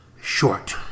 Short